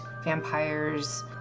vampires